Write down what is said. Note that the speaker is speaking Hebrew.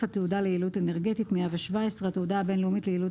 התעודה ליעילות אנרגטית התעודה הבין-לאומית ליעילות